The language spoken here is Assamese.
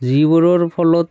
যিবোৰৰ ফলত